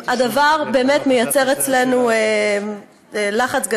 הדבר באמת יוצר אצלנו לחץ גדול,